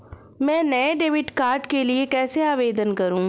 मैं नए debit card के लिए कैसे आवेदन करूं?